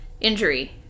injury